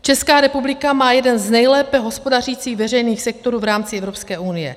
Česká republika má jeden z nejlépe hospodařících veřejných sektorů v rámci Evropské unie.